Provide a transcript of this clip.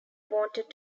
wanted